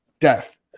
death